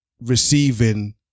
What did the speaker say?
receiving